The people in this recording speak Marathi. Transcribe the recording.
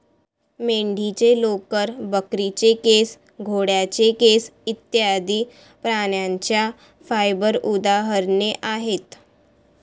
मेंढीचे लोकर, बकरीचे केस, घोड्याचे केस इत्यादि प्राण्यांच्या फाइबर उदाहरणे आहेत